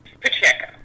Pacheco